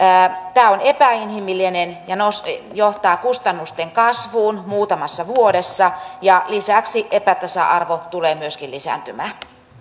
tämä on epäinhimillinen ja johtaa kustannusten kasvuun muutamassa vuodessa ja lisäksi epätasa arvo tulee myöskin lisääntymään